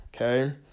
okay